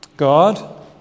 God